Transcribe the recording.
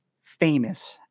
famous